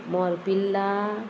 मोरपिल्ला